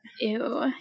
Ew